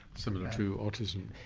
similar to autism?